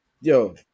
Yo